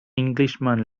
englishman